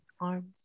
arms